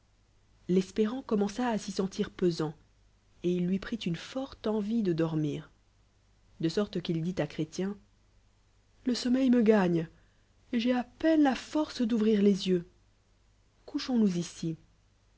pérant commença à se sentir pesant et il lni prit une forte envie de dor mir de sorte qu'il dit à chrétien le sommeil me gagne et j'ai à peiue la force d'ouvrir les yeux